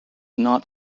not